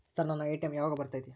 Sir ನನ್ನ ATM ಯಾವಾಗ ಬರತೈತಿ?